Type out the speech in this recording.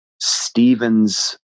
Stephen's